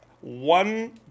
One